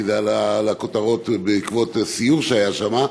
כי זה עלה לכותרות בעקבות סיור שהיה שם,